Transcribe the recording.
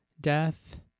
death